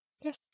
Yes